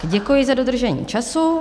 Děkuji za dodržení času.